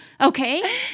Okay